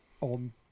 on